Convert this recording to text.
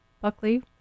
Buckley